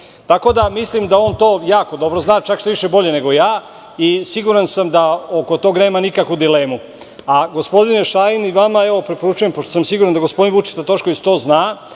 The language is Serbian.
Tako da mislim da on to jako dobro zna, čak bolje nego ja i siguran sam da oko toga nema nikakve dileme. Gospodine Šajn vama preporučujem, pošto sam siguran da gospodin Tošković to